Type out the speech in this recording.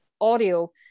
audio